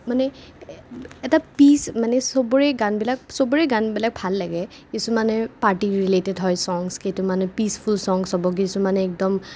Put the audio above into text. মানে এটা পীচ মানে চবৰে গানবিলাক চবৰে গানবিলাক ভাল লাগে কিছুমানে পাৰ্টী ৰিলেটেড হয় ছংগছ কিছুমানে মানে পীচফুল ছংগছ হ'ব কিছুমানে একদম